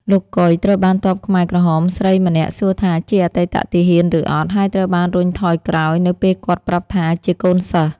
លោក កុយ ត្រូវបានទ័ពខ្មែរក្រហមស្រីម្នាក់សួរថាជាអតីតទាហានឬអត់ ហើយត្រូវបានរុញថយក្រោយនៅពេលគាត់ប្រាប់ថាជាកូនសិស្ស។